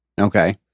okay